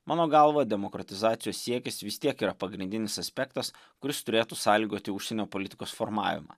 mano galva demokratizacijos siekis vis tiek yra pagrindinis aspektas kuris turėtų sąlygoti užsienio politikos formavimą